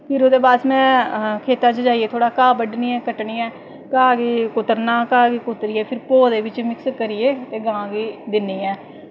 फिर ओह्दे बाद च में खेतां च जाइयै में थोह्ड़ा घाऽ बड्ढनी ऐ कट्टनी ऐ घाऽ गी कुतरना घाऽ गी कुतरियै फिर भोऽ दे बिच मिक्स करियै गांऽ गी दि'न्नी ऐं